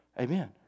Amen